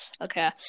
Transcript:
okay